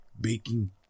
baking